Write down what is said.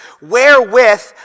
wherewith